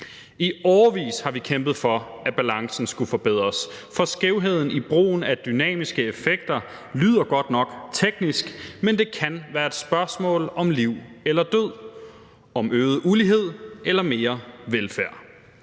I årevis har vi kæmpet for, at balancen skulle forbedres, for skævheden i brugen af dynamiske effekter lyder godt nok teknisk, men det kan være et spørgsmål om liv eller død, om øget ulighed eller mere velfærd.